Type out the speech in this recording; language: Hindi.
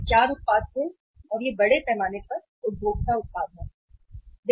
ये 4 उत्पाद थे और ये बड़े पैमाने पर उपभोक्ता उत्पाद हैं